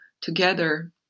together